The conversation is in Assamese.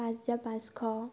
পাঁচ হেজাৰ পাঁচশ